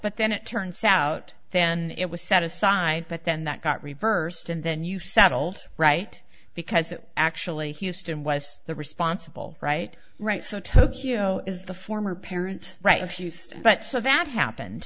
but then it turns out then it was set aside but then that got reversed and the new settled right because it actually houston was the responsible right right so tokyo is the former parent right and schuster but so that happened